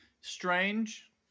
Strange